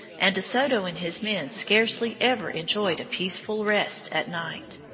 and de soto and his men scarcely ever enjoyed a peaceful rest at night.